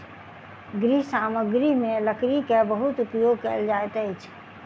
गृह सामग्री में लकड़ी के बहुत उपयोग कयल जाइत अछि